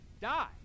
die